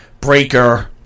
Breaker